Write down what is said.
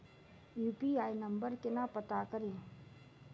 UPI number केना पत्ता कड़ी?